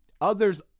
Others